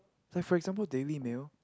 so for example daily mail